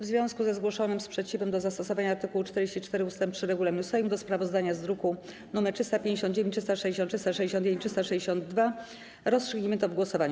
W związku ze zgłoszonym sprzeciwem do zastosowania art. 44 ust. 3 regulaminu Sejmu do sprawozdań z druków nr 359, 360, 361 i 362 rozstrzygniemy to w głosowaniu.